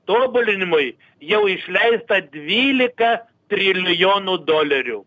tobulinimui jau išleista dvylika trilijonų dolerių